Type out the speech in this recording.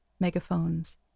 Megaphones